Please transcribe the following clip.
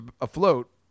afloat